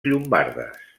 llombardes